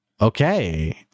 okay